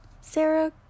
Sarah